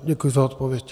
Děkuji za odpověď.